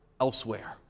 elsewhere